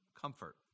Comfort